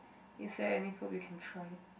is there any food we can try